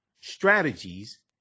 strategies